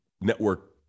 network